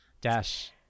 Dash